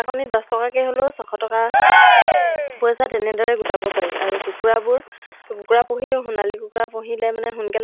embroidery এইবিলাক কামতে সময় দিছিলোঁ তাৰপিছত ফেচবুক ইনষ্টাগ্ৰাম এইবিলাকতো মোৰ ভিডিঅ'বোৰ ভাইৰেল হ'বলৈ ধৰিলে